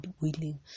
willing